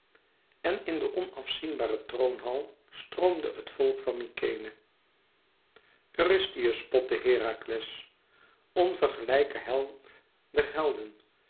en in de onafzienbare troonhal stroomde het volk van mykenæ eurystheus spotte herakles onvergelijklijke held der helden